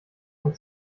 von